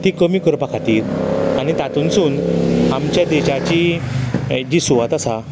ती कमी करपा खातीर तातूनसून आमच्या देशाची जी सुवात आसा